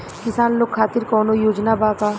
किसान लोग खातिर कौनों योजना बा का?